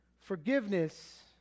forgiveness